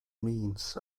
means